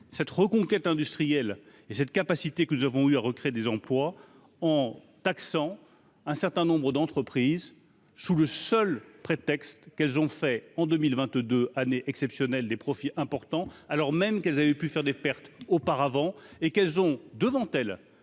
cette reconquête industrielle et cette capacité que nous avons eu à recréer des emplois en taxant un certain nombre d'entreprises sous le seul prétexte qu'elles ont fait en 2022 années exceptionnelle des profits importants, alors même qu'elles avaient pu faire des pertes auparavant et qu'elles ont devant elles